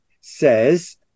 says